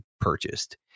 purchased